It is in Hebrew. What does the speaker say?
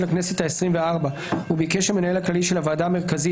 לכנסת העשרים וארבע וביקש המנהל הכללי של הוועדה המרכזית,